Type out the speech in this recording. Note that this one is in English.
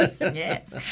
yes